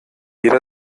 jeder